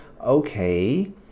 Okay